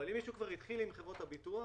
אבל אם מישהו כבר התחיל עם חברת הביטוח